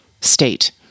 state